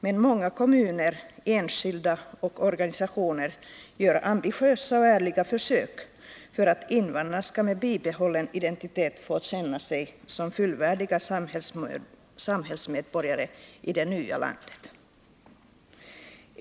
Men många kommuner, enskilda och organisationer gör ambitiösa och ärliga försök för att invandrarna med bibehållen identitet skall få känna sig som fullvärdiga samhällsmedborgare i det nya landet.